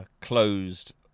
closed